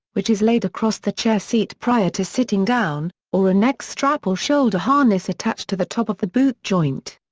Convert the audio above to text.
which is laid across the chair seat prior to sitting down, or a neck strap or shoulder harness attached to the top of the boot joint.